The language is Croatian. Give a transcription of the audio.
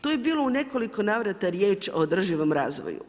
Tu je bilo u nekoliko navrata riječ o održivom razvoju.